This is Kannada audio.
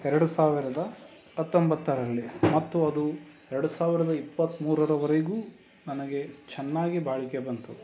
ಎರಡು ಸಾವಿರದ ಹತ್ತೊಂಬತ್ತರಲ್ಲಿ ಮತ್ತು ಅದು ಎರಡು ಸಾವಿರದ ಇಪ್ಪತ್ತ್ಮೂರರವರೆಗೂ ನನಗೆ ಚೆನ್ನಾಗಿ ಬಾಳಿಕೆ ಬಂತು